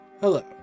Hello